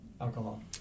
alcohol